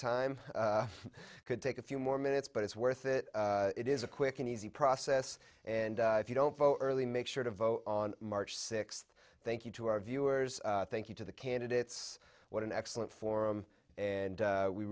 time could take a few more minutes but it's worth it it is a quick and easy process and if you don't vote early make sure to vote on march sixth thank you to our viewers thank you to the candidates what an excellent forum and